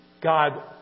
God